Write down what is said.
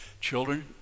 Children